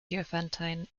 diophantine